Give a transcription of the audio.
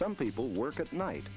some people work at night